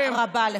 תודה רבה לך.